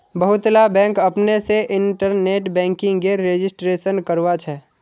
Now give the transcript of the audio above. बहुतला बैंक अपने से इन्टरनेट बैंकिंगेर रजिस्ट्रेशन करवाछे